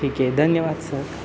ठीक आहे धन्यवाद सर